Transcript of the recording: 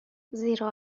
زیرا